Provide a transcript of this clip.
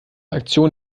aktion